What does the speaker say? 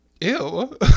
Ew